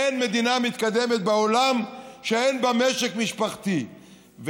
אין מדינה מתקדמת בעולם שאין בה משק משפחתי,